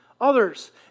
others